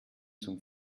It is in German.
zum